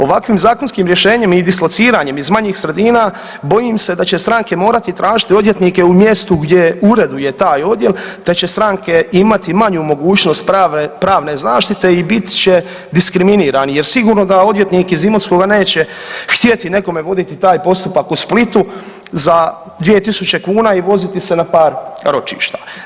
Ovakvim zakonskim rješenjem i dislociranjem iz manjih sredina bojim se da će stranke morati tražiti odvjetnike u mjestu gdje ureduje taj odjel te će stranke imati manju mogućnost pravne zaštite i bit će diskriminirani jer sigurno da odvjetnik iz Imotskoga neće htjeti nekome voditi taj postupak u Splitu za 2.000 kuna i voziti se na par ročišta.